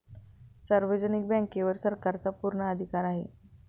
सार्वजनिक बँकेवर सरकारचा पूर्ण अधिकार आहे